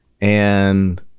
And-